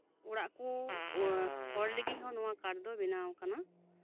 ᱚᱲᱟᱜ ᱠᱩ ᱦᱚᱲᱦᱟᱹᱜᱤᱫ ᱦᱚᱸ ᱱᱚᱣᱟ ᱠᱟᱰ ᱫᱚ ᱵᱮᱱᱟᱣ ᱟᱠᱟᱱᱟ